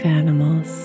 animals